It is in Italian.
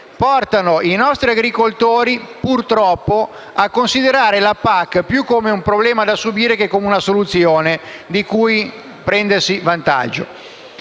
oltre a costare, li portano, purtroppo, a considerare la PAC più come un problema da subire che come una soluzione di cui prendersi il vantaggio.